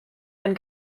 ein